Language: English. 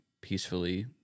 peacefully